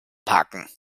parken